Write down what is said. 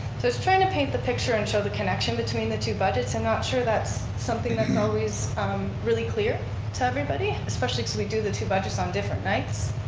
it's trying to paint the picture and show the connection between the two budgets. i'm not sure that's something that's always really clear to everybody, especially cause we do the two budgets on different nights.